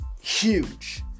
huge